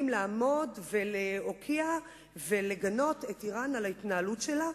לעמוד ולהוקיע ולגנות את אירן על ההתנהלות שלה.